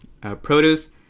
produce